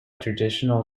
traditional